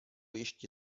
ještě